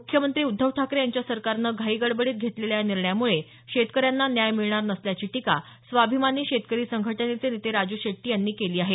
मुख्यमंत्री उद्धव ठाकरे यांच्या सरकारनं घाईगडबडीत घेतलेल्या या निर्णयामुळे शेतकऱ्यांना न्याय मिळणार नसल्याची टीका स्वाभिमानी शेतकरी संघटनेचे नेते राजू शेट्टी यांनी केली आहे